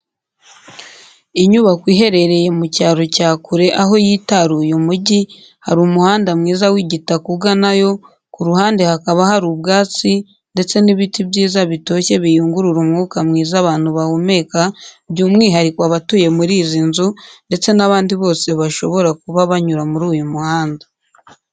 Inyubako iherereye mu cyaro cya kure aho yitaruye umujyi, hari umuhanda mwiza w'igitaka uganayo, ku ruhande hakaba hari ubwatsi ndetse n'ibiti byiza bitoshye biyungurura umwuka mwiza abantu bahumeka by'umwihariko abatuye muri iyi nzu ndetse n'abandi bose bashobora kuba banyura muri uyu muhanda.